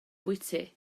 bwyty